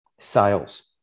sales